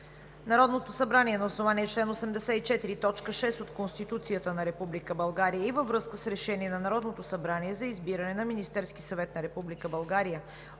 Народното събрание на основание чл. 84, т. 6 от Конституцията на Република България и във връзка с Решение на Народното събрание за избиране на Министерски съвет на